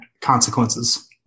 consequences